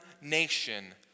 nation